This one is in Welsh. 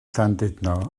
llandudno